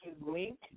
link